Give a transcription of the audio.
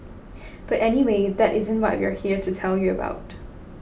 but anyway that isn't what we're here to tell you about